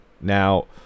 Now